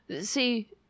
See